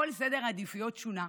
כל סדר העדיפויות שונה.